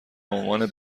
عنوان